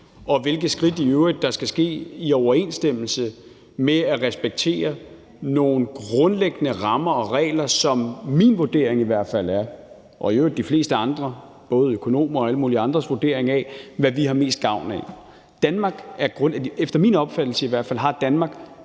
og hvilke skridt der i øvrigt skal tages i overensstemmelse med at respektere nogle grundlæggende rammer og regler og ud fra en vurdering af – i hvert fald min og i øvrigt også de fleste andres, både økonomers og alle mulige andres – hvad vi har mest gavn af. Efter min opfattelse har Danmark